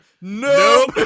No